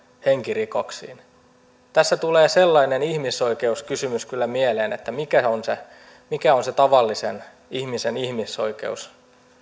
henkirikoksiin tämän vapauduttua tässä tulee sellainen ihmisoikeuskysymys kyllä mieleen että mikä on se tavallisen ihmisen ihmisoikeus